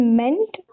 meant